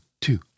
two